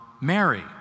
Mary